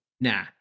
nah